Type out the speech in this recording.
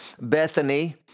Bethany